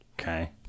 Okay